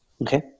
okay